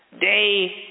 day